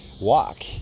walk